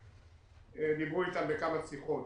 דיברו איתם בכמה שיחות,